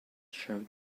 showed